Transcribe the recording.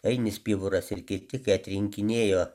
ainis pivoras ir kiti kai atrinkinėjo